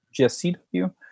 gscw